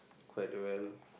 quite well